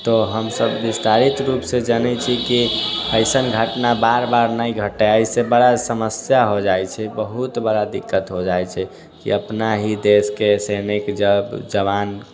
तऽ हमसब विस्तारित रूप से जनैत छिऐ कि अइसन घटना बार बार नहि घटइ एहि से बड़ा समस्या हो जाइत छै बहुत बड़ा दिक्कत हो जाइत छै कि अपना ही देशके सैनिक जब जवान